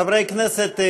חברי הכנסת,